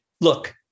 look